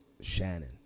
Shannon